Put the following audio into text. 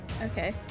Okay